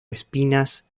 espinas